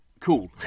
cool